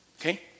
Okay